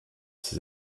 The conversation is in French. ses